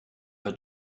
her